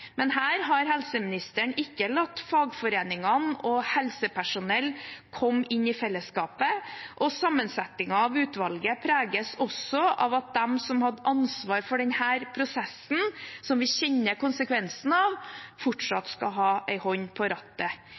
men her har ikke helseministeren latt fagforeninger og helsepersonell komme inn i fellesskapet. Sammensetningen av utvalget preges også av at de som hadde ansvar for denne prosessen, som vi kjenner konsekvensen av, fortsatt skal ha en hånd på rattet.